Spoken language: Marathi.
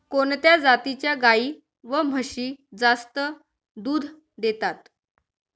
कोणत्या जातीच्या गाई व म्हशी जास्त दूध देतात?